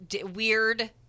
weird